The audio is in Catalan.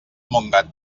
montgat